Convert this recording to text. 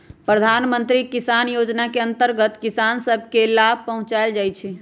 प्रधानमंत्री किसान जोजना के अंतर्गत किसान सभ के लाभ पहुंचाएल जाइ छइ